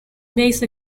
base